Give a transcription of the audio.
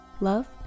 Love